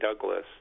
Douglas